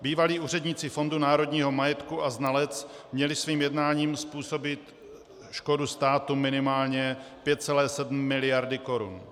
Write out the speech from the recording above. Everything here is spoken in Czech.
Bývalí úředníci Fondu národního majetku a znalec měli svým jednáním způsobit škodu státu minimálně 5,7 mld. korun.